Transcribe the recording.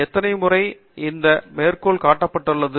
எத்தனை முறை இது மேற்கோள் காட்டப்பட்டுள்ளது